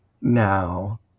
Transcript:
Now